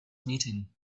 meeting